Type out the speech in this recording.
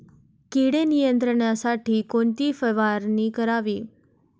कीड नियंत्रणासाठी कोणती फवारणी करावी?